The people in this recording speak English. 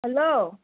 hello